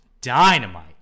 dynamite